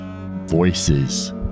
Voices